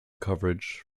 coverage